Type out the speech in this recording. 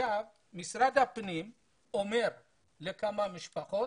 משרד הפנים אומר לכמה משפחות